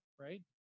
right